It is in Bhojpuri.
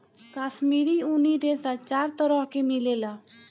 काश्मीरी ऊनी रेशा चार तरह के मिलेला